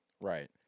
right